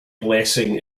blessing